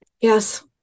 Yes